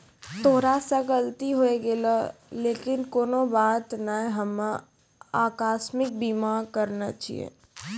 तोरा से गलती होय गेलै लेकिन कोनो बात नै हम्मे अकास्मिक बीमा करैने छिये